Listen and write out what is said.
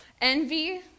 envy